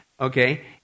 okay